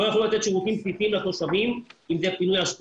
לא יוכלו לתת שירותים בסיסיים לתושבים אם זאת אשפה,